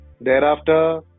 Thereafter